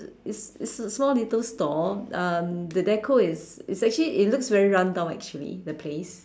it's it's a small little store um the deco is is actually it looks very run down actually the place